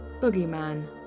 Boogeyman